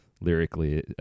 lyrically